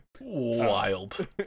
Wild